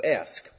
ask